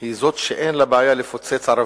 היא זאת שאין לה בעיה לפוצץ ערבים.